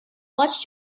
much